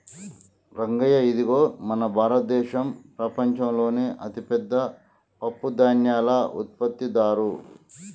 రంగయ్య ఇదిగో మన భారతదేసం ప్రపంచంలోనే అతిపెద్ద పప్పుధాన్యాల ఉత్పత్తిదారు